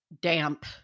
damp